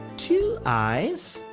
two eyes.